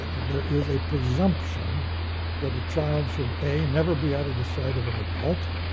there is a presumption that a child should, a, never be out of the sight of an adult,